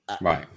right